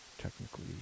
technically